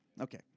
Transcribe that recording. okay